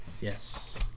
Yes